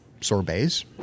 sorbets